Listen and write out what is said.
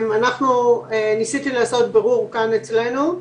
ניסיתי לעשות בירור אצלנו,